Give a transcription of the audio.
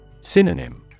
synonym